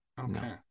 Okay